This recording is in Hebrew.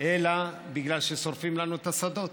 אלא בגלל ששורפים לנו את השדות.